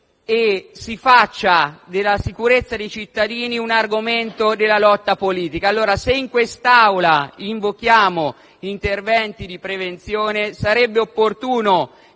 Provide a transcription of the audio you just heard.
e si faccia della sicurezza dei cittadini un argomento di lotta politica. Se in quest'Aula invochiamo interventi di prevenzione, sarebbe opportuno